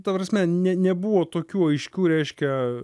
ta prasme ne nebuvo tokių aiškių reiškia